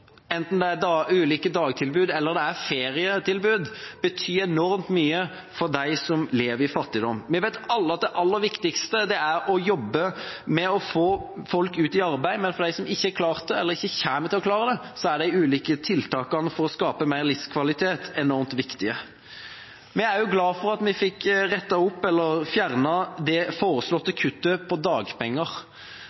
enten det er ulike dagtilbud eller det er ferietilbud, betyr enormt mye for dem som lever i fattigdom. Vi vet alle at det aller viktigste er å jobbe med å få folk ut i arbeid, men for dem som ikke har klart å komme i arbeid, eller ikke kommer til å klare det, er de ulike tiltakene for å skape bedre livskvalitet enormt viktige. Vi er også glad for at vi fikk rettet opp – eller fjernet – det foreslåtte